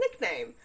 nickname